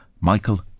michael